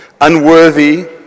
unworthy